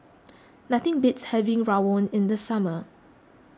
nothing beats having Rawon in the summer